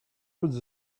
was